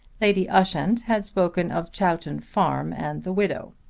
lady ushant had spoken of chowton farm and the widow.